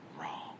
wrong